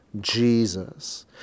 Jesus